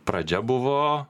pradžia buvo